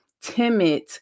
timid